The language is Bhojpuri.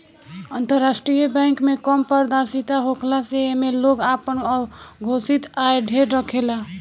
अंतरराष्ट्रीय बैंक में कम पारदर्शिता होखला से एमे लोग आपन अघोषित आय ढेर रखेला